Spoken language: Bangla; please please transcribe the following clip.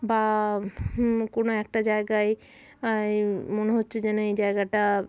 বা কোনো একটা জায়গায় মনে হচ্ছে যেন এই জায়গাটা